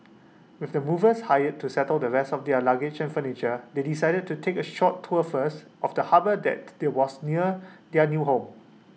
with the movers hired to settle the rest of their luggage and furniture they decided to take A short tour first of the harbour that they was near their new home